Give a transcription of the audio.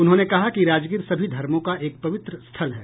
उन्होंने कहा कि राजगीर सभी धर्मों का एक पवित्र स्थल है